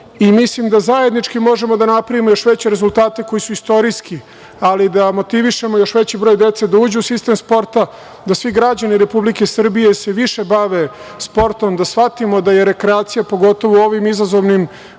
Mislim da zajednički možemo da napravimo još veće rezultate koji su istorijski, ali i da motivišemo još veći broj dece da uđu u sistem sporta, da svi građani Republike Srbije se više bave sportom, da shvatimo da je rekreacija, pogotovo u ovim izazovnim vremenima,